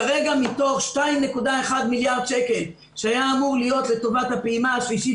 כרגע מתוך 2.1 מיליארד שקל שהיה אמור להיות לטובת הפעימה השלישית